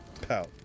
pout